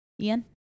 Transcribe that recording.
Ian